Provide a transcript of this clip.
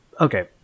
okay